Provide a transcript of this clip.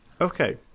Okay